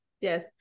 Yes